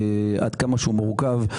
עד כמה שהוא מורכב,